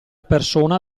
persona